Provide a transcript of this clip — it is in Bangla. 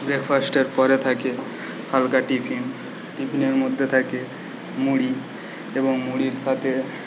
ব্রেকফাস্টের পরে থাকে হালকা টিফিন টিফিনের মধ্যে থাকে মুড়ি এবং মুড়ির সাথে